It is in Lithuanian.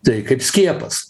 tai kaip skiepas